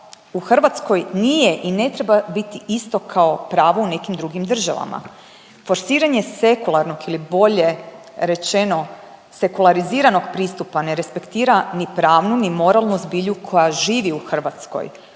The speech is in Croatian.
u Hrvatskoj nije i ne treba biti isto kao pravo u nekim drugim državama. Forsiranje sekularnog ili bolje rečeno sekulariziranog pristupa ne respektira ni pravnu ni moralnu zbilju koja živi u Hrvatskoj,